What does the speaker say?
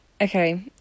okay